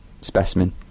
specimen